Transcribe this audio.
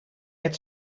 het